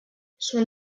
son